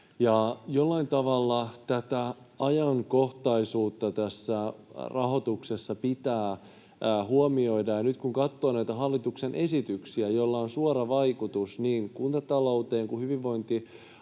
Jollain tavalla tätä ajankohtaisuutta tässä rahoituksessa pitää huomioida. Nyt kun katsoo näitä hallituksen esityksiä, joilla on suora vaikutus niin kuntatalouteen kuin hyvinvointialueiden